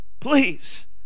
Please